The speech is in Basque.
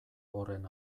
horren